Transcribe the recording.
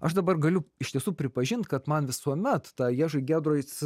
aš dabar galiu iš tiesų pripažint kad man visuomet ta ježi giedroic